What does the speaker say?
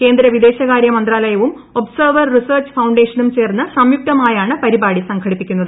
കേന്ദ്ര വിദേശകാര്യ മന്ത്രാലയവും ഒബ്സേർവർ റിസർച്ച് ഫൌണ്ടേഷനും ചേർന്ന് സംയുക്തമായാണ് പരിപാടി സംഘടിപ്പിക്കുന്നത്